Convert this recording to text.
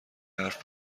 حرف